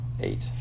eight